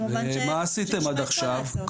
כמובן שנשמע את כל ההצעות.